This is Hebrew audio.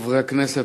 חברי הכנסת,